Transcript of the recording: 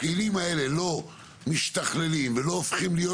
הכלים האלה לא משתכללים ולא הופכים להיות